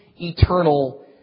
eternal